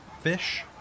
fish